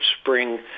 spring